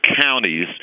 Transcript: counties